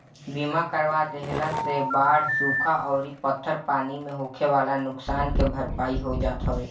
बीमा करवा देहला से बाढ़ सुखा अउरी पत्थर पानी से होखेवाला नुकसान के भरपाई हो जात हवे